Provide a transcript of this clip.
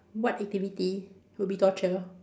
what activity would be torture